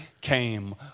came